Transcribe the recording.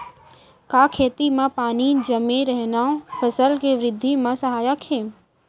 का खेत म पानी जमे रहना फसल के वृद्धि म सहायक हे?